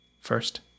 first